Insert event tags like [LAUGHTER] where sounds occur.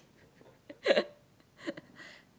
[LAUGHS]